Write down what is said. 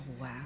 wow